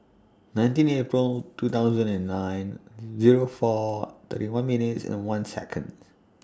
nineteen April two thousand and nine Zero four thirty one minutes and one Seconds